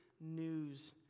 news